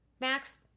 Max